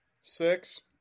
Six